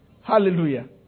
Hallelujah